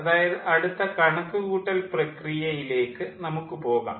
അതായത് അടുത്ത കണക്കുകൂട്ടൽ പ്രകിയയിലേക്ക് നമുക്ക് പോകാം